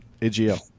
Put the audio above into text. AGL